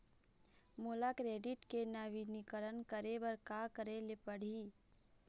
मोला क्रेडिट के नवीनीकरण करे बर का करे ले पड़ही?